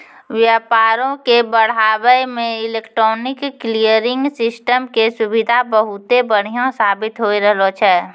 व्यापारो के बढ़ाबै मे इलेक्ट्रॉनिक क्लियरिंग सिस्टम के सुविधा बहुते बढ़िया साबित होय रहलो छै